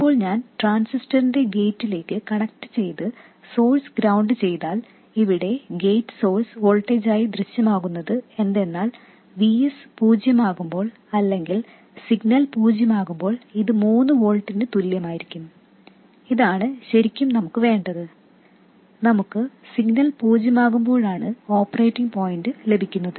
ഇപ്പോൾ ഞാൻ ട്രാൻസിസ്റ്ററിന്റെ ഗേറ്റിലേക്ക് കണക്റ്റുചെയ്ത് സോഴ്സ് ഗ്രൌണ്ട് ചെയ്താൽ ഇവിടെ ഗേറ്റ് സോഴ്സ് വോൾട്ടേജായി ദൃശ്യമാകുന്നത് എന്തെന്നാൽ Vs പൂജ്യമാകുമ്പോൾ അല്ലെങ്കിൽ സിഗ്നൽ പൂജ്യമാകുമ്പോൾ ഇത് മൂന്ന് വോൾട്ടിന് തുല്യമായിരിക്കും ഇതാണ് ശരിക്കും നമുക്ക് വേണ്ടത് നമുക്ക് സിഗ്നൽ പൂജ്യമാകുമ്പോഴാണ് ഓപ്പറേറ്റിംഗ് പോയിന്റ് ലഭിക്കുന്നത്